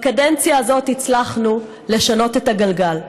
בקדנציה הזאת הצלחנו לשנות את הגלגל,